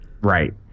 Right